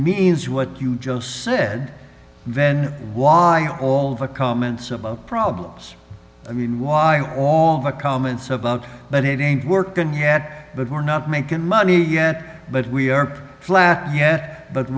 means what you just said then why all of a comments about problems i mean why all the comments about but it ain't workin yet but we're not making money yet but we are flat yet but